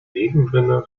regenrinne